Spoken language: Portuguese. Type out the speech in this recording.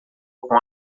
com